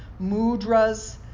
mudras